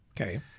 Okay